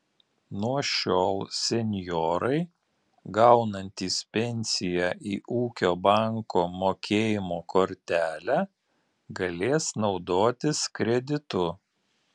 nuo šiol senjorai gaunantys pensiją į ūkio banko mokėjimo kortelę galės naudotis kreditu